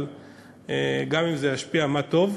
אבל אם גם זה ישפיע מה טוב.